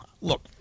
look